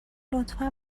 لطفا